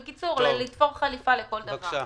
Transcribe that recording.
בדיוק, לתפור חליפה לכל דבר בנפרד.